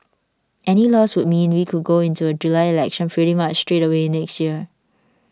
any loss would mean we could go into a July election pretty much straight away next year